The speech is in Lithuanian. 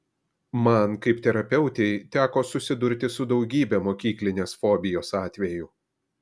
man kaip terapeutei teko susidurti su daugybe mokyklinės fobijos atvejų